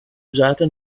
usata